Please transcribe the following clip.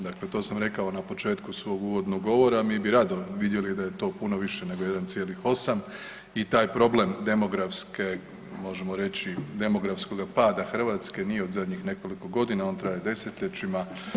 Dakle to sam rekao na početku svog uvodnog govora, mi bi rado vidjeli da je to puno više nego 1,8 i taj problem demografske možemo reći demografskoga pada Hrvatske nije od zadnjih nekoliko godina, on traje desetljećima.